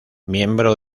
miembro